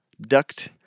Duct